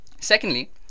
Secondly